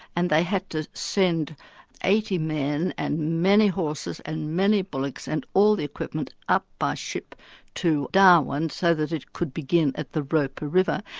and they had to send eighty men and many horses and many bullocks and all the equipment up by ship to darwin so that it could begin at the roper river.